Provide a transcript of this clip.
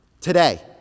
Today